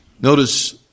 Notice